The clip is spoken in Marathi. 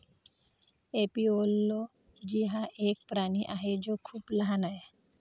एपिओलोजी हा एक प्राणी आहे जो खूप लहान आहे